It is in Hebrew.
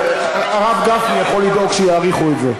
הרב גפני יכול לדאוג שיאריכו את זה.